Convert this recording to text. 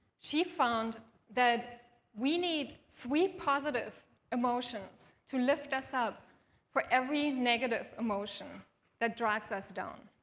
she found that we need three positive emotions to lift us up for every negative emotion that drags us down.